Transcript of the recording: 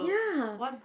ya